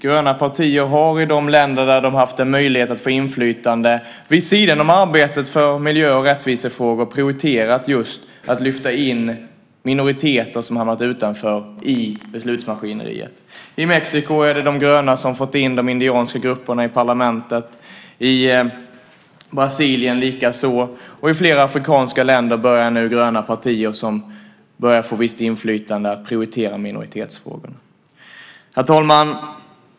Gröna partier har i de länder där de haft en möjlighet att få inflytande vid sidan av arbetet för miljö och rättvisefrågor prioriterat just att lyfta in minoriteter som har hamnat utanför i beslutsmaskineriet. I Mexiko är det de gröna som har fått in de indianska grupperna i parlamentet, i Brasilien likaså. I flera afrikanska länder börjar nu gröna partier som börjar få visst inflytande att prioritera minoritetsfrågorna. Herr talman!